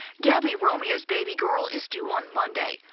gabby romeo's baby girl is due on monday.